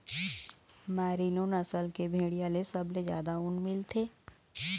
merino नसल के भेड़िया ले सबले जादा ऊन मिलथे